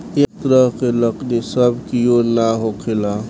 ए तरह के लकड़ी सब कियोर ना होखेला